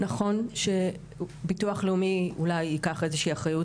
נכון שביטוח לאומי אולי ייקח איזושהי אחריות